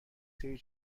سری